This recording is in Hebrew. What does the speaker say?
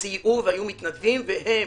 שסייעו והיו מתנדבים והם